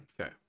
Okay